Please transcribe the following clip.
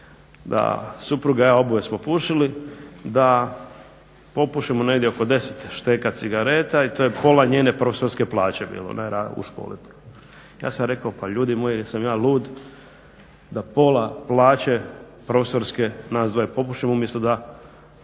da supruga i ja, oboje smo pušili, da popušimo negdje oko 10 šteka cigareta i to je pola njene profesorske plaće bilo u školi. Ja sam rekao pa ljudi moji jesam ja lud da pola plaće profesorske nas dvoje popušimo umjesto da